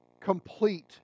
complete